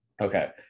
Okay